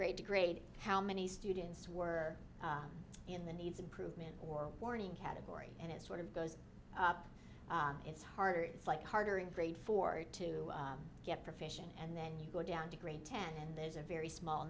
grade to grade how many students were in the needs improvement or warning category and it sort of goes up it's harder it's like harder in grade four to get profession and then you go down to grade ten and there's a very small